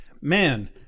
Man